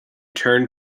turned